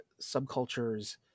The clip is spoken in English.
subcultures